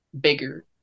bigger